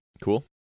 Cool